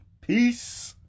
peace